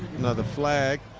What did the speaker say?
another flag.